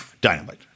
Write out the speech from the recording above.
dynamite